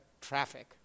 traffic